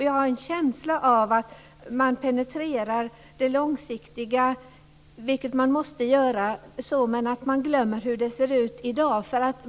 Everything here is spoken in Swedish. Jag har en känsla av att man penetrerar det långsiktiga - vilket man måste göra - men glömmer hur det ser ut i dag.